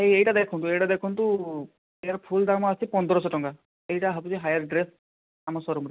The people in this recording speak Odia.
ଏଇ ଏଇଟା ଦେଖନ୍ତୁ ଏଇଟା ଦେଖନ୍ତୁ ଏହାର ଫୁଲ୍ଦାମ୍ ଆସୁଛି ପନ୍ଦରଶହ ଟଙ୍କା ଏଇଟା ସବୁଠୁ ହାଇୟାର ଡ୍ରେସ୍ ଆମ ସୋରୁମ୍ ର